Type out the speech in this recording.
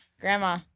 grandma